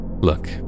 look